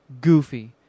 goofy